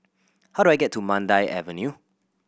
how do I get to Mandai Avenue